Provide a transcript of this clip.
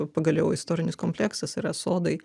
pagaliau istorinis kompleksas yra sodai